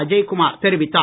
அஜய்குமார் தெரிவித்தார்